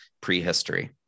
prehistory